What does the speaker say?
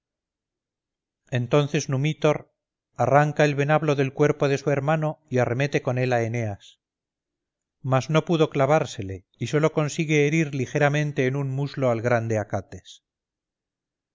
entonces numitor arranca el venablo del cuerpo de su hermano y arremete con él a eneas mas no pudo clavársele y sólo consigue herir ligeramente en un muslo al grande acates